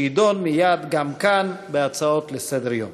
שיידון מייד גם כאן, בהצעות לסדר-היום